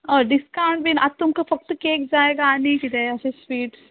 हय डिसकावण्ट बीन आतां तुमकां फक्त केक जाय काय आनी किदें अशें स्विट्स